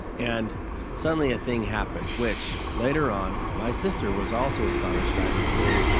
and suddenly a thing happened, which, later on my sister was also astonished by this thing,